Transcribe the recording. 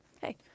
hey